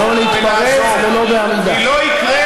לא עשתה כלום.